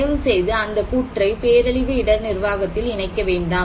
தயவுசெய்து அந்த கூறை பேரழிவு இடர் நிர்வாகத்தில் இணைக்க வேண்டாம்